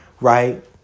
Right